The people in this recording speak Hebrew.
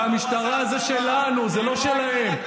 והמשטרה זה שלנו, זה לא שלהם.